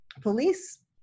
police